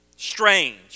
strange